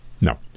No